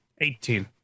Eighteen